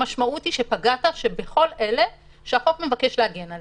המשמעות של זה היא שפגעת עכשיו בכל אלה שהחוק מבקש להגן עליהם.